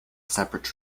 separate